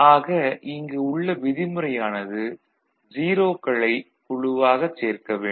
ஆக இங்கு உள்ள விதிமுறை ஆனது - 0 க்களை குழுவாகச் சேர்க்க வேண்டும்